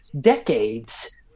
decades